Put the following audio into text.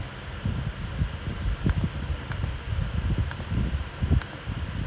because like I think is quite troublesome for them to do whole